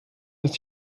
ist